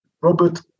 Robert